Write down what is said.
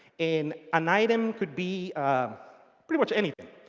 and an item could be pretty much anything.